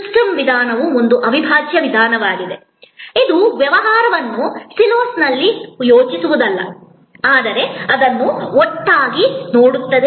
systems ವಿಧಾನವು ಒಂದು ಅವಿಭಾಜ್ಯ ವಿಧಾನವಾಗಿದೆ ಇದು ವ್ಯವಹಾರವನ್ನು ಸಿಲೋಸ್ನಲ್ಲಿ ಯೋಚಿಸುವುದಲ್ಲ ಆದರೆ ಅದನ್ನು ಒಟ್ಟಾಗಿ ನೋಡುತ್ತದೆ